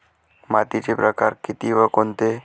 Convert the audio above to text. मातीचे प्रकार किती व कोणते?